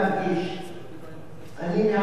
מאז כניסתי לתפקידי ניהלתי